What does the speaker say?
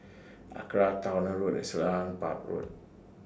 Acra Towner Road Selarang Park Road